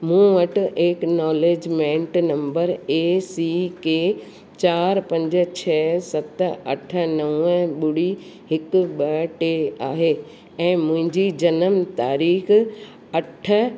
मूं वटि acknowledgement number A C K चारि पंज छह सत अठ नव ॿुड़ी हिकु ॿ टे आहे ऐं मुहिंजी जनम तारीख़ अठ